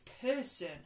person